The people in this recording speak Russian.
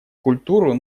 культуру